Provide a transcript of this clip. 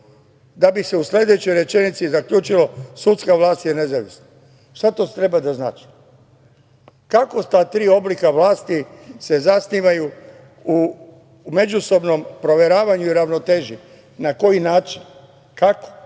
da bi se u sledećoj rečenici zaključilo – sudska vlast je nezavisna. Šta to treba da znači? Kako ta tri oblika vlasti se zasnivaju na međusobnom proveravanju i ravnoteži, na koji način, kako,